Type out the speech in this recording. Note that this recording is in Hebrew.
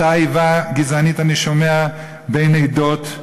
אותה איבה גזענית אני שומע בין עדות,